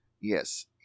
yes